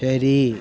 ശരി